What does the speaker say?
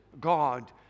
God